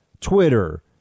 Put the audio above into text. Twitter